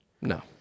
no